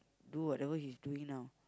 do whatever he's doing now